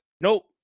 Nope